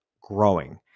growing